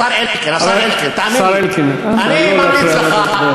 השר אלקין, השר אלקין, תאמין לי, השר אלקין.